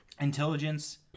Intelligence